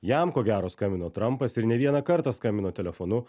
jam ko gero skambino trumpas ir ne vieną kartą skambino telefonu